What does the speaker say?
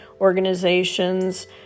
organizations